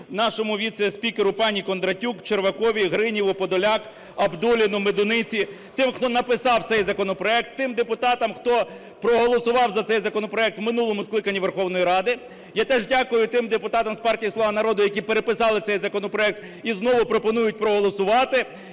нашому віце-спікеру пані Кондратюк, Черваковій, Гриніву. Подоляк, Абдулліну, Медуниці. Тим, хто написав цей законопроект. Тим депутатам, хто проголосував за цей законопроект в минулому скликанні Верховної Ради. Я теж дякую тим депутатам з партії "Слуга народу", які переписали цей законопроект і знову пропонують проголосувати.